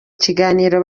kiganiro